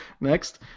Next